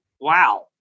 wow